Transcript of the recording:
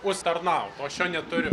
užsitarnaut o aš jo neturiu